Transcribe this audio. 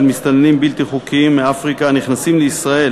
מסתננים בלתי חוקיים מאפריקה הנכנסים לישראל